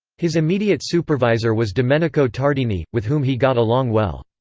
his immediate supervisor was domenico tardini, with whom he got along well.